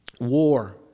war